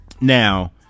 now